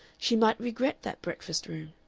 she might regret that breakfast-room.